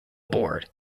bored